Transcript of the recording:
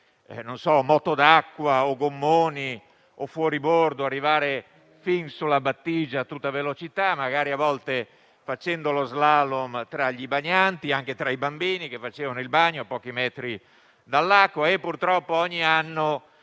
spiagge moto d'acqua, gommoni o fuoribordo arrivare fin sulla battigia a tutta velocità, magari a volte facendo lo *slalom* tra i bagnanti, anche tra i bambini che facevano il bagno a pochi metri dalla riva e purtroppo ogni anno